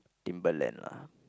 Timberland lah